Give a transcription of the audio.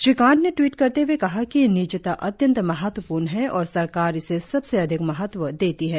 श्री कांत ने ट्वीट करते हए कहा कि निजता अत्यंत महत्वपूर्ण है और सरकार इसे सबसे अधिक महत्व देती है